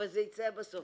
אבל זה יצא בסוף.